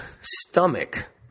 stomach